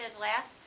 last